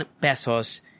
pesos